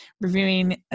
reviewing